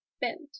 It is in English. bent